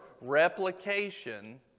replication